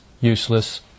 useless